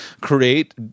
create –